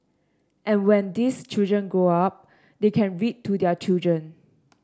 and when these children grow up they can read to their children